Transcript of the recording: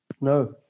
No